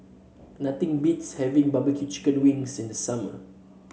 nothing beats having barbecue Chicken Wings in the summer